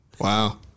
Wow